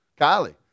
Kylie